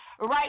right